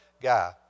guy